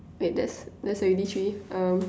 wait that's that's already three um